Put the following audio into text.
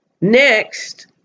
Next